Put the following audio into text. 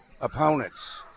opponents